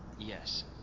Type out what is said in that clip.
Yes